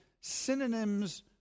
synonyms